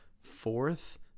fourth